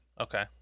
Okay